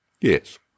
Yes